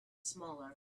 smaller